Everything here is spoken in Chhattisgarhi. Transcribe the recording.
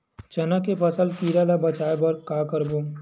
चना के फसल कीरा ले बचाय बर का करबो?